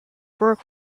work